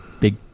big